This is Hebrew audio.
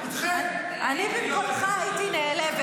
--- אני במקומך הייתי נעלבת.